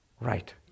right